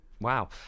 Wow